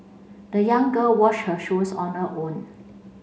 the young girl washed her shoes on her own